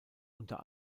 unter